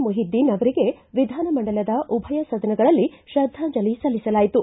ಮೊಹಿದ್ದೀನ್ ಅವರಿಗೆ ವಿಧಾನಮಂಡಲದ ಉಭಯ ಸದನಗಳಲ್ಲಿ ತ್ರದ್ದಾಂಜಲಿ ಸಲ್ಲಿಸಲಾಯಿತು